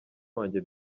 wanjye